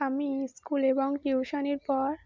আমি স্কুল এবং টিউশানির পর